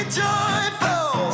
joyful